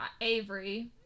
avery